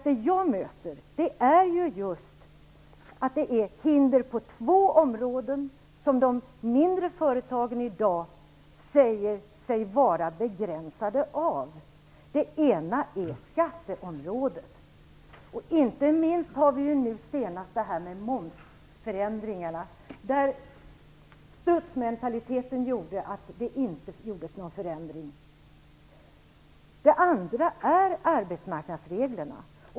Det jag möter är att de mindre företagen i dag säger sig vara begränsade av hinder på två områden. Det ena är skatteområdet. Inte minst har vi nu senast momsförändringarna. Där innebar strutsmentaliteten att det inte gjordes någon förändring. Det andra är arbetsmarknadsreglerna.